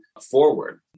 forward